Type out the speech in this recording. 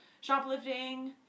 shoplifting